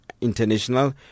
International